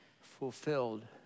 fulfilled